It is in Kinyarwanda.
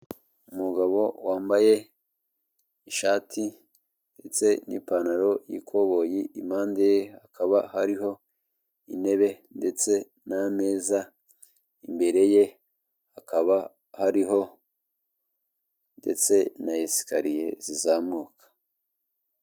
Umugabo wambaye ishati ndetse n'ipantaro y'ikoboye impande ye hakaba hariho intebe ndetse nameza imbere ye akaba ariho ndetse na esikariye zizamuka.